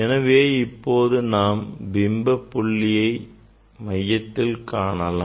எனவே இப்போது நாம் பிம்ப புள்ளியை மையத்தில் காணலாம்